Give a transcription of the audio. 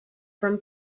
from